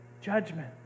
judgment